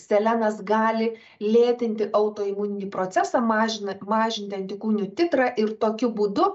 selenas gali lėtinti autoimuninį procesą mažina mažinti antikūnių titrą ir tokiu būdu